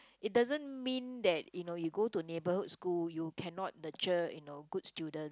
it doesn't mean that you know you go to neighbourhood school you cannot nurture you know good students